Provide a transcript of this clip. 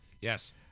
Yes